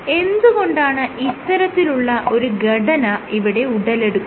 എന്ത് കൊണ്ടാണ് ഇത്തരത്തിലുള്ള ഒരു ഘടന ഇവിടെ ഉടലെടുക്കുന്നത്